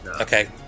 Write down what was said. Okay